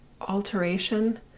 alteration